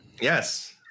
Yes